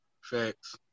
Facts